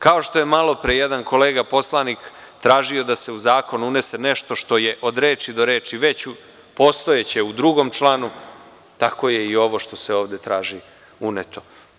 Kao što je malopre jedan kolega poslanik tražio da se u zakon unese nešto što je od reči do reči već postojeće u drugom članu, tako je i ovo što se ovde traži uneto.